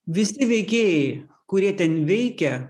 vis veikėjai kurie ten veikia